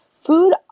food